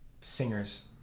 singers